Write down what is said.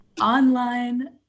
online